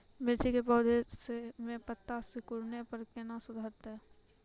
मिर्ची के पौघा मे पत्ता सिकुड़ने पर कैना सुधरतै?